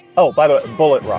oh, by the bullet,